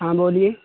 ہاں بولیے